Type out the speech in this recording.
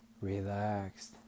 relaxed